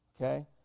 okay